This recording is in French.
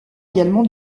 également